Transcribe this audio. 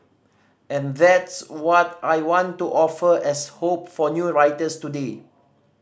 and that's what I want to offer as hope for new writers today